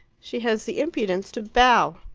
she has the impudence to bow.